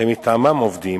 שמטעמם עובדים,